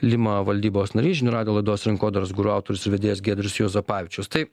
lima valdybos narys žinių radijo laidos rinkodaros guru autorius ir vedėjas giedrius juozapavičius tai